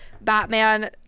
batman